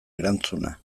erantzuna